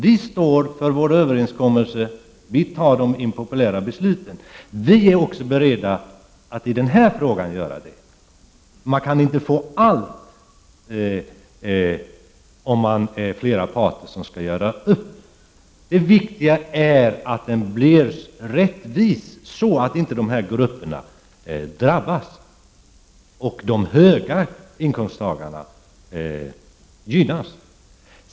Vi står fast vid våra överenskommelser, även vid de impopulära besluten, och vi är beredda att göra det också i denna fråga. När flera parter skall göra upp kan man inte få igenom allt. Det viktiga är att reformen blir rättvis, så att inte de svaga grupperna drabbas och de höga inkomsttagarna gynnas.